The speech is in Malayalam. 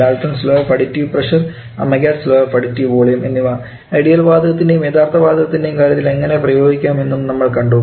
Dalton law of additive pressure Amagat's law of additive volume എന്നിവ ഐഡിയൽ വാതകത്തിൻറെയും യഥാർഥ വാതകത്തിൻറെയും കാര്യത്തിൽ എങ്ങനെ പ്രയോഗിക്കാം എന്നും നമ്മൾ കണ്ടു